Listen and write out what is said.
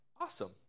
awesome